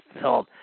film